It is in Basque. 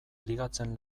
ligatzen